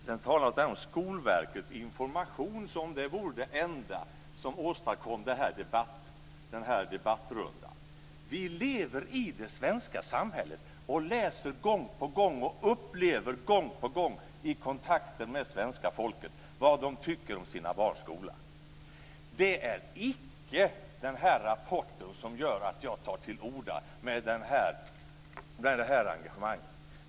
Sedan talas det om Skolverkets information som om den vore det enda som åstadkom den här debattrundan. Vi lever i det svenska samhället, vi läser gång på gång och upplever gång på gång i kontakten med svenska folket vad man tycker om sina barns skola. Det är icke den här rapporten som gör att jag tar till orda med detta engagemang.